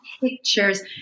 pictures